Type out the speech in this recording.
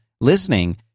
listening